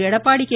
Edappadi K